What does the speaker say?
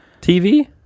tv